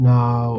Now